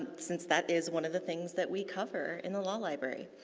since that is one of the things that we cover in the law library.